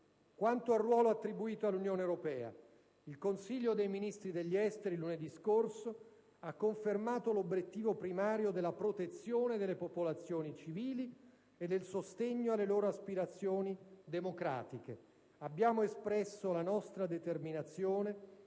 Quanto al ruolo attribuito all'Unione europea, il Consiglio dei ministri degli esteri, lunedì scorso, ha confermato l'obiettivo primario della protezione delle popolazioni civili e del sostegno alle loro aspirazioni democratiche. Abbiamo espresso la nostra determinazione